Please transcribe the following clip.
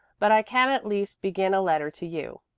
but i can at least begin a letter to you.